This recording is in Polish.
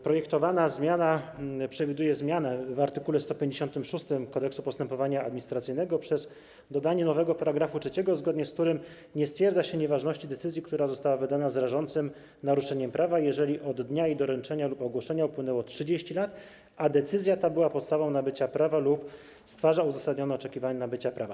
Projektowana ustawa przewiduje zmianę w art. 156 Kodeksu postępowania administracyjnego przez dodanie nowego § 3, zgodnie z którym nie stwierdza się nieważności decyzji, która została wydana z rażącym naruszeniem prawa, jeżeli od dnia jej doręczenia lub ogłoszenia upłynęło 30 lat, a decyzja ta była podstawą nabycia prawa lub stwarza uzasadnione oczekiwanie nabycia prawa.